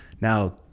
now